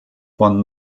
von